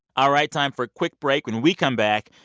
all right. time for a quick break. when we come back,